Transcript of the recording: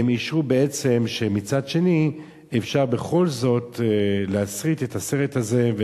והם אישרו בעצם שמצד שני אפשר בכל זאת להקרין את הסרט הזה,